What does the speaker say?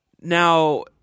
Now